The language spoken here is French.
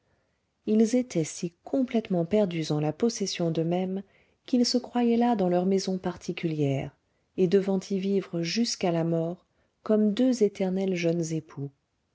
ils étaient si complètement perdus en la possession d'eux-mêmes qu'ils se croyaient là dans leur maison particulière et devant y vivre jusqu'à la mort comme deux éternels jeunes époux